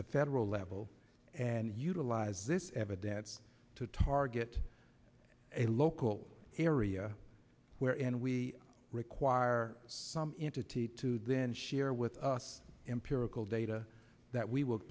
the federal level and utilize this evidence to target a local area where and we require some entity to then share with us empirical data that we will